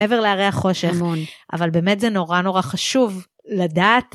מעבר להרי החושך, אבל באמת זה נורא נורא חשוב לדעת.